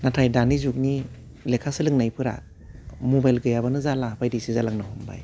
नाथाय दानि जुगनि लेखा सोलोंनायफोरा मबाइल गैयाबानो जाला बायदिसो जालांनो हमबाय